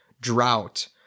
drought